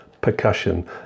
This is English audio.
percussion